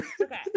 Okay